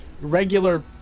regular